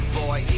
boy